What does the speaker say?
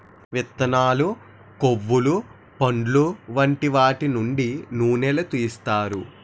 విత్తనాలు, కొవ్వులు, పండులు వంటి వాటి నుండి నూనెలు తీస్తారు